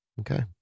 Okay